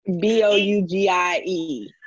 B-O-U-G-I-E